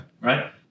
Right